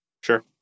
sure